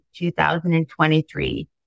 2023